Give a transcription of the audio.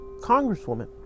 congresswoman